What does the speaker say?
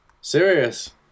Serious